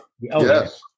Yes